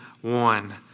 one